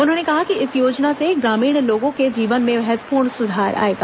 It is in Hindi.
उन्होंने कहा कि इस योजना से ग्रामीण लोगों के जीवन में महत्वपूर्ण सुधार आएगा